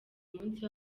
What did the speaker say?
umunsi